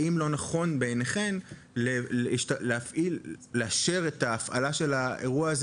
האם לא נכון בעיניכם לאשר את הפעלת האירוע הזה